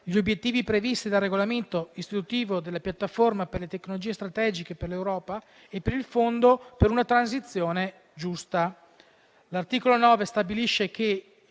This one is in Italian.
gli obiettivi previsti dal regolamento istitutivo della piattaforma per le tecnologie strategiche per l'Europa e per il fondo per una transizione giusta. L'articolo 9 stabilisce che